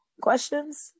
Questions